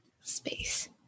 Space